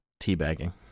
teabagging